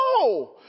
No